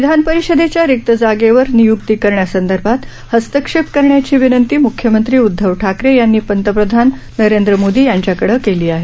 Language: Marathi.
विधानपरिषदेच्या रिक्त जागेवर निय्क्ती करण्यासंदर्भात हस्तक्षेप करण्याची विनंती म्ख्यमंत्री उद्धव ठाकरे यांनी पंतप्रधान नरेंद्र मोदी यांच्याकडे केली आहे